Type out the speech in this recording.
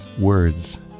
words